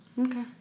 Okay